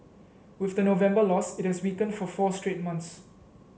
with the November loss it has weakened for four straight months